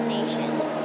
nations